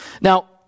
Now